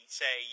say